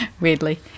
weirdly